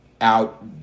out